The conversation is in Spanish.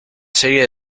serie